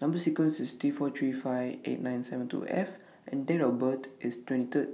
Number sequence IS T four three five eight nine seven two F and Date of birth IS twenty three